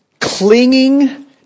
clinging